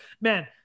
man